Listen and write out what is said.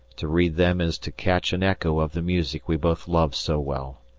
to read them is to catch an echo of the music we both loved so well.